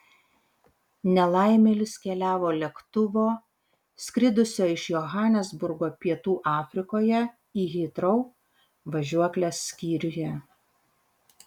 nelaimėlis keliavo lėktuvo skridusio iš johanesburgo pietų afrikoje į hitrou važiuoklės skyriuje